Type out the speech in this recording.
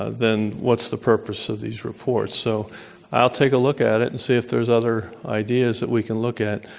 ah then what's the purpose of these reports? so i'll take a look at it and see if there's other ideas that we can look at.